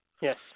Yes